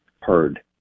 heard